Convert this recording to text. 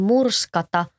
Murskata